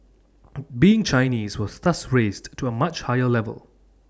being Chinese was thus raised to A much higher level